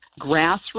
grassroots